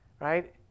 right